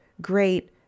great